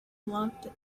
loved